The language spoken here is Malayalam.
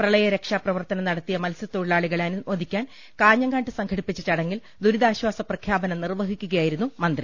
പ്രളയരക്ഷാ പ്രവർത്തനം നട്ടത്തിയ മത്സ്യത്തൊഴി ലാളികളെ അനുമോദിക്കാൻ കാഞ്ഞങ്ങാട്ട് സംഘടിപ്പിച്ച ചടങ്ങിൽ ദുരിതാശ്വാസ പ്രഖ്യാപനം നിർവ്വഹിക്കുക്യായിരുന്നു മന്ത്രി